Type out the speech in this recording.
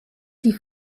die